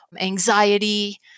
anxiety